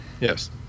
Yes